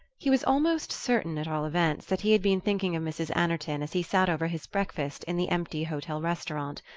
he was almost certain, at all events, that he had been thinking of mrs. anerton as he sat over his breakfast in the empty hotel restaurant,